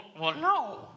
No